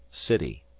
city.